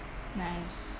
nice